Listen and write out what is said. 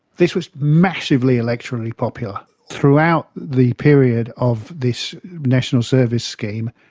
this was massively electorally popular. throughout the period of this national service scheme,